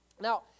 Now